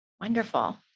Wonderful